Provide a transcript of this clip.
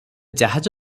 ଜାହାଜ